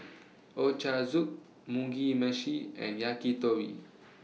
Ochazuke Mugi Meshi and Yakitori